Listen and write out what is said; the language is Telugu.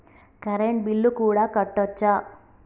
కరెంటు బిల్లు కూడా కట్టొచ్చా?